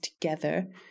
together